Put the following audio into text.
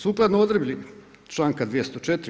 Sukladno odredbi članka 204.